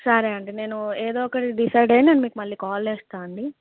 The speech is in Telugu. సరే అండి నేను ఏదో ఒకటి డిసైడ్ అయి నేను మీకు మళ్ళీ కాల్ చేస్తాను అండి